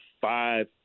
five